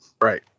Right